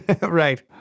Right